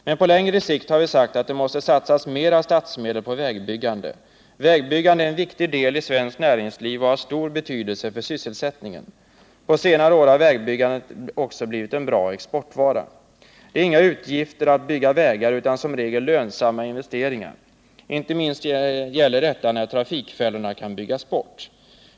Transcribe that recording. Men på längre sikt har vi sagt att det måste satsas mer av statsmedel på vägbyggande. Vägbyggande är en viktig del av svenskt näringsliv och har stor betydelse för sysselsättningen. På senare år har vägbyggandet också blivit en bra exportvara. Det är inga utgifter att bygga vägar utan som regel lönsamma investeringar. Inte minst gäller detta när trafikfällor kan byggas bort.